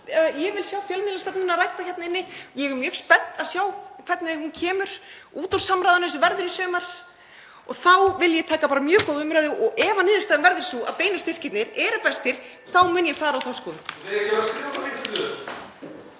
ég vil að fjölmiðlastefnan verði rædd hér og ég er mjög spennt að sjá hvernig hún kemur út úr samráðinu sem verður í sumar. Þá vil ég taka mjög góða umræðu og ef niðurstaðan verður sú að beinu styrkirnir eru bestir þá mun ég fara á þá skoðun.